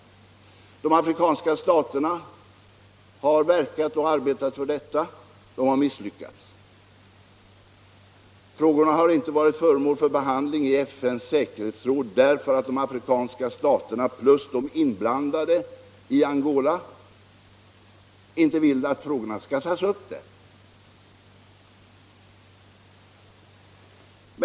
De afrikanska staterna har arbetat för detta. De har misslyckats. Frågorna har inte varit föremål för behandling i FN:s säkerhetsråd därför att de afrikanska staterna plus de inblandade i Angola inte vill att de skall tas upp där.